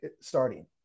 starting